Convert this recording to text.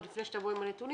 עוד לפני שתבוא עם הנתונים,